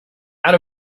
out